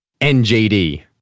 NJD